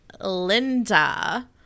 Linda